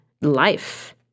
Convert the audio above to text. life